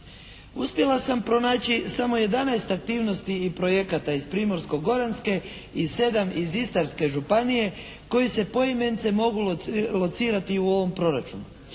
Uspjela sam pronaći samo 11 aktivnosti i projekata iz Primorsko-goranske i 7 iz Istarske županije koji se poimence mogu locirati i u ovom proračunu.